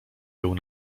był